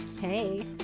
Hey